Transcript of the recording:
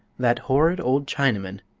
that horrid old chinaman,